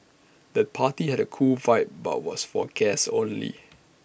the party had A cool vibe but was for guests only